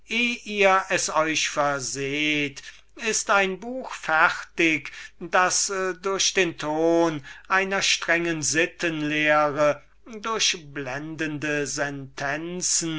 es euch verseht ist ein buch fertig das durch den erbaulichen ton einer strengen sittenlehre durch blendende sentenzen